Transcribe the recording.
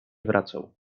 wracał